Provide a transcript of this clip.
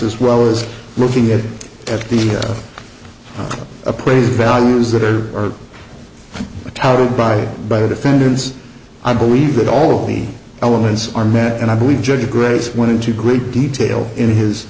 as well as looking at at the appraised values that are from a towel by by the defendants i believe that all the elements are met and i believe judge grace went into great detail in his